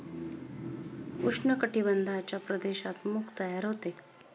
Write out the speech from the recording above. उष्ण कटिबंधाच्या प्रदेशात मूग तयार होते